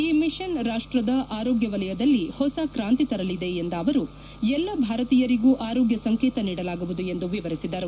ಈ ಮಿಷನ್ ರಾಷ್ಟದ ಆರೋಗ್ಯ ವಲಯದಲ್ಲಿ ಹೊಸ ಕ್ರಾಂತಿ ತರಲಿದೆ ಎಂದ ಅವರು ಎಲ್ಲ ಭಾರತೀಯರಿಗೂ ಆರೋಗ್ಯ ಸಂಕೇತ ನೀಡಲಾಗುವುದು ಎಂದು ವಿವರಿಸಿದರು